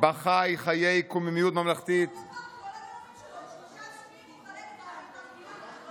" כל הנאומים שלו, שלושה נאומים, לא?